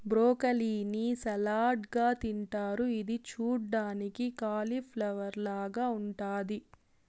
broccoli ని salad గా తింటారు ఇది చూడ్డానికి కాలిఫ్లవర్ లాగ ఉంటాది